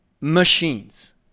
machines